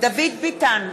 דוד ביטן,